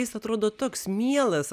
jis atrodo toks mielas